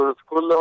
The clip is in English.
school